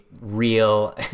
real